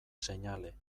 seinale